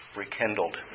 rekindled